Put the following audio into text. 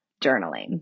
journaling